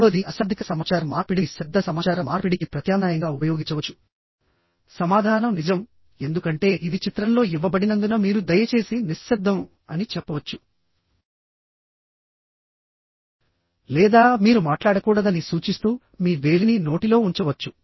మూడవది అశాబ్దిక సమాచార మార్పిడిని శబ్ద సమాచార మార్పిడికి ప్రత్యామ్నాయంగా ఉపయోగించవచ్చుసమాధానం నిజంఎందుకంటే ఇది చిత్రంలో ఇవ్వబడినందున మీరు దయచేసి నిశ్శబ్దం అని చెప్పవచ్చు లేదా మీరు మాట్లాడకూడదని సూచిస్తూ మీ వేలిని నోటిలో ఉంచవచ్చు